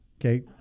Okay